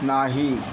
नाही